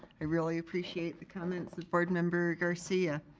i really appreciate the comments that board member garcia.